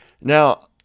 Now